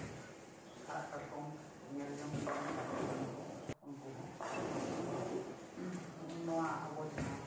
ᱟᱨᱟᱜ ᱠᱟᱴᱠᱚᱢ ᱧᱮᱞ ᱡᱚᱝ ᱞᱮᱠᱟᱱ ᱠᱟᱴᱠᱚᱢ ᱠᱟᱱᱟ ᱠᱚ ᱩᱱᱠᱩ ᱦᱚᱸ ᱩᱱᱠᱩ ᱱᱚᱣᱟ ᱟᱵᱚ ᱡᱟᱦᱟᱸ